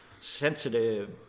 sensitive